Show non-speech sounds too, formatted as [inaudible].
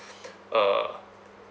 [breath] uh